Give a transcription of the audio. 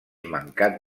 mancat